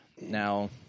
Now